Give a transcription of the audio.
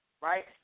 right